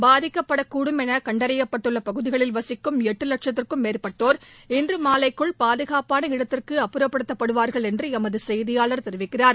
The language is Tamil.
பாதிக்கப்படக்கூடும் என கண்டறியப்பட்டுள்ள பகுதிகளில் வசிக்கும் மக்கள் எட்டு லட்சத்திற்கும் மேற்பட்டோர் இன்று மாலைக்குள் பாதுகாப்பான இடத்திற்கு அப்புறப்படுத்தப்படுவாா்கள் என்று எமது செய்தியாளர் தெரிவிக்கிறார்